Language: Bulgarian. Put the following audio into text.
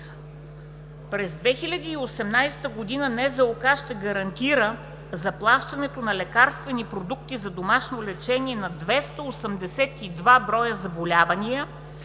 През 2018 г. НЗОК ще гарантира заплащането на лекарствени продукти за домашно лечение на 282 заболявания